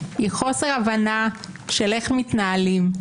היא חוסר הבנה של איך מתנהלים.